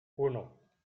uno